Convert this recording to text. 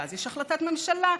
ואז יש החלטת ממשלה.